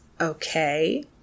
Okay